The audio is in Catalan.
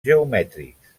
geomètrics